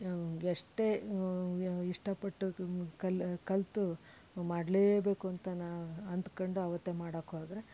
ಎಷ್ಟೇ ಇಷ್ಟ ಪಟ್ಟು ಕಲ್ ಕಲಿತು ಮಾಡ್ಲೇಬೇಕು ಅಂತ ನಾನು ಅಂದ್ಕೊಂಡು ಆವತ್ತೇ ಮಾಡೋಕ್ಕೆ ಹೋದರೆ